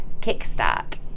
kickstart